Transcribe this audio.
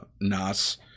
Nas